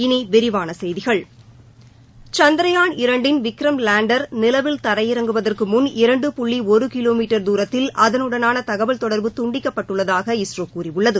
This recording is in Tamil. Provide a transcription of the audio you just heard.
இனி விரிவான செய்திகள் சந்த்ரயான் இரண்டின் விக்ரம் லேண்டர் நிலவில் தரையிறங்குவதற்கு முன் இரண்டு புள்ளி ஒரு கிலோமீட்டர் தூரத்தில் அதனுடனான தகவல் தொடர்பு துண்டிக்கப்பட்டுள்ளதாக இஸ்ரோ கூறியுள்ளது